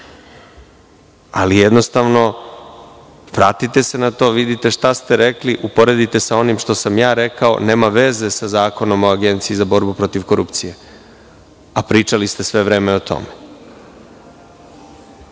Ali, jednostavno, vratite se na to, vidite šta ste rekli, uporedite sa onim što sam ja rekao, to nema veze sa Zakonom o Agenciji za borbu protiv korupcije, a sve vreme ste